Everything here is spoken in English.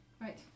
Right